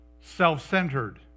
Self-centered